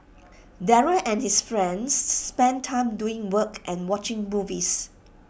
Daryl and his friends spent time doing work and watching movies